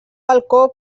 balcó